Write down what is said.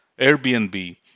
Airbnb